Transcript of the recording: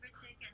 chicken